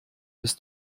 des